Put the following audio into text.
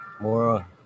More